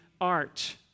art